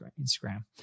Instagram